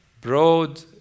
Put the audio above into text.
broad